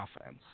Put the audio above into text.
offense